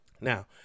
Now